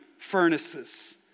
Furnaces